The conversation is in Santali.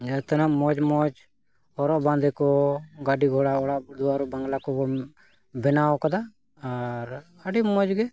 ᱛᱤᱱᱟᱹᱜ ᱢᱚᱡᱽ ᱢᱚᱡᱽ ᱦᱚᱨᱚᱜ ᱵᱟᱸᱫᱮ ᱠᱚ ᱜᱟᱹᱰᱤ ᱜᱷᱚᱲᱟ ᱚᱲᱟᱜ ᱫᱩᱣᱟᱹᱨ ᱵᱟᱝᱞᱟ ᱠᱚᱵᱚᱱ ᱵᱮᱱᱟᱣ ᱠᱟᱫᱟ ᱟᱨ ᱟᱹᱰᱤ ᱢᱚᱡᱽ ᱜᱮ